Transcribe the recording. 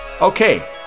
Okay